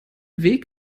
weg